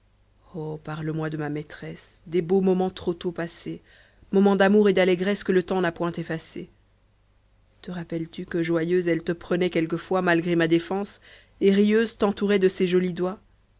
oh parle-moi de ma maîtresse des beaux moments trop tôt passés moments d'amour et d'allégresse que le temps n'a point effacés te rappelles-tu que joyeuse elle te prenait quelquefois malgré ma défense et rieuse t'entourait de ses jolis doigts